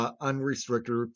unrestricted